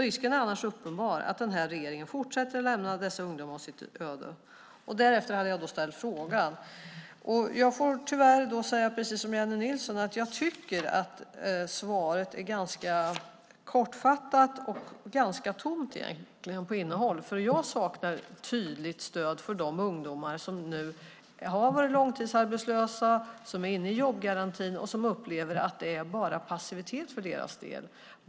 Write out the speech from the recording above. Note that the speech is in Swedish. Risken är annars uppenbar att den här regeringen fortsätter att lämna dessa ungdomar åt deras öde. Jag hade ställt en fråga, och jag får tyvärr säga precis som Jennie Nilsson: Jag tycker att svaret är ganska kortfattat och egentligen ganska tomt på innehåll. Jag saknar tydligt stöd för de ungdomar som har varit långtidsarbetslösa, som är inne i jobbgarantin och som upplever att det bara är passivitet för deras del.